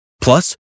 Plus